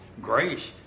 Grace